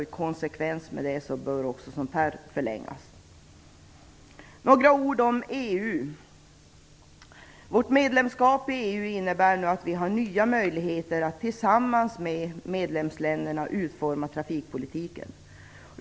I konsekvens med detta bör också perioderna när det gäller investeringsplaneringen förlängas. Så några ord om EU. Vårt medlemskap I EU innebär att vi nu har nya möjligheter att tillsammans med medlemsländerna utforma trafikpolitiken.